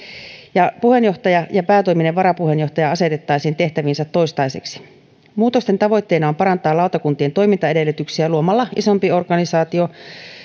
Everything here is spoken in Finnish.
ja puheenjohtaja ja päätoiminen varapuheenjohtaja asetettaisiin tehtäviinsä toistaiseksi muutosten tavoitteena on parantaa lautakuntien toimintaedellytyksiä luomalla isompi organisaatio